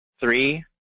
three